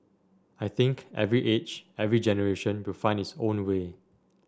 I think every age every generation will find its own way